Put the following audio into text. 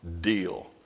deal